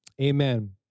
amen